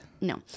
No